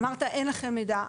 אמרת שאין לכם מידע.